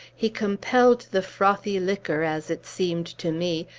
he compelled the frothy liquor, as it seemed to me,